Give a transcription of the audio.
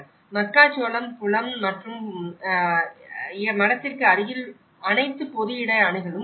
மக்காச்சோளம் புலம் மற்றும் மடத்திற்கு அருகில் அனைத்து பொது இட அணுகலும் உள்ளது